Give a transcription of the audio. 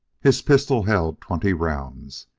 his pistol held twenty rounds.